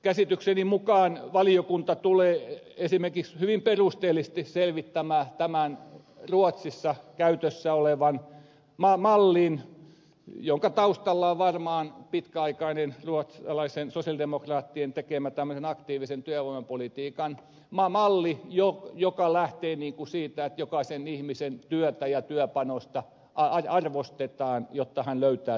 käsitykseni mukaan valiokunta tulee esimerkiksi hyvin perusteellisesti selvittämään tämän ruotsissa käytössä olevan mallin jonka taustalla on varmaan pitkäaikainen ruotsalaisten sosialidemokraattien tekemä tämmöinen aktiivisen työvoimapolitiikan malli joka lähtee siitä että jokaisen ihmisen työtä ja työpanosta arvostetaan jotta hän löytää työpaikan